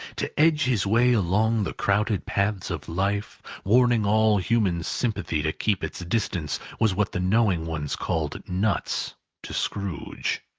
to edge his way along the crowded paths of life, warning all human sympathy to keep its distance, was what the knowing ones call nuts to scrooge.